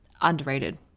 underrated